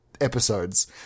episodes